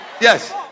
Yes